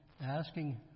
asking